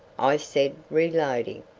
i said, reloading.